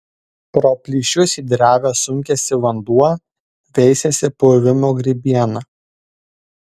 pro plyšius į drevę sunkiasi vanduo veisiasi puvimo grybiena